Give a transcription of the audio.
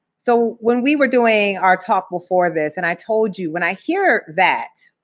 so, when we were doing our talk before this, and i told you when i hear that,